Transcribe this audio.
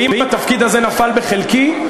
ואם התפקיד הזה נפל בחלקי,